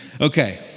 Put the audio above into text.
Okay